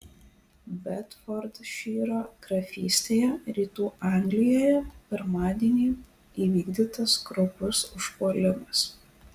bedfordšyro grafystėje rytų anglijoje pirmadienį įvykdytas kraupus užpuolimas